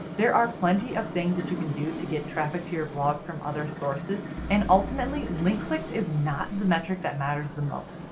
there are plenty of things that you can do to get traffic to your blog from other sources. and ultimately link clicks is not the metric that matters the most.